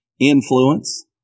influence